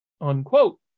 Unquote